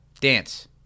Dance